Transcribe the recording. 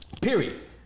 Period